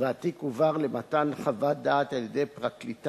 נמשכת למעלה מתשעה חודשים,